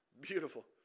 Beautiful